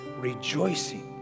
rejoicing